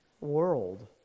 world